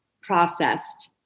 processed